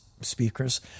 speakers